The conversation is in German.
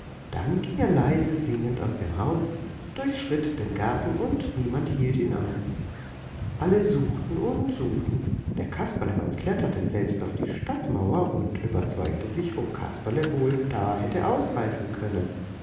dann ging er leise singend aus dem haus durchschritt den garten und niemand hielt ihn auf alle suchten und suchten der kasperlemann kletterte selbst auf die stadtmauer und überzeugte sich ob kasperle wohl da hätte ausreißen können